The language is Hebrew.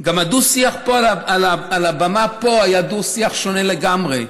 גם הדו-שיח פה על הבמה היה דו-שיח שונה לגמרי.